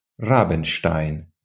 Rabenstein